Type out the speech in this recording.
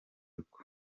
uko